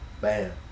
Bam